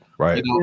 Right